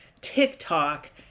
TikTok